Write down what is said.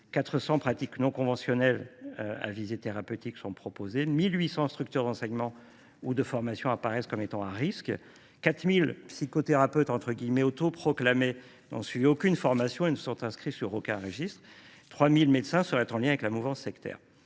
400 pratiques non conventionnelles à visée thérapeutique et 1 800 structures d’enseignement ou de formation à risques : quelque 4 000 « psychothérapeutes » autoproclamés n’ont suivi aucune formation et ne sont inscrits sur aucun registre et 3 000 médecins seraient en lien avec la mouvance sectaire.